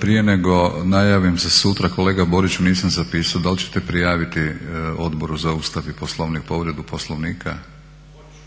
Prije nego najavim za sutra kolega Boriću nisam zapisao da li ćete prijaviti Odboru za Ustav i Poslovnik povredu poslovnika?